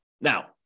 Now